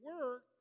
work